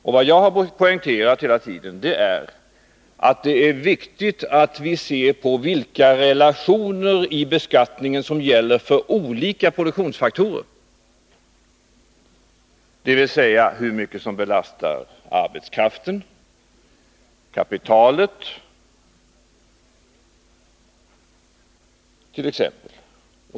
Och vad jag hela tiden har poängterat är att det är viktigt att vi ser på vilka relationer i beskattningen som gäller för olika produktionsfaktorer, dvs. hur mycket som belastar t.ex. arbetskraften eller kapitalet.